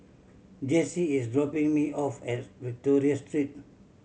Jessee is dropping me off at Victoria Street